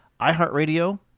iHeartRadio